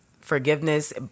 forgiveness